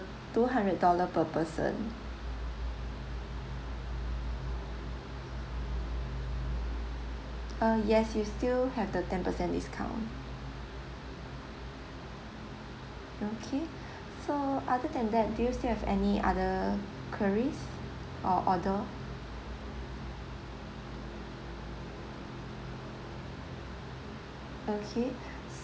two hundred dollar per person ah yes you still have the ten percent discount okay so other than that do you still have any other queries or order okay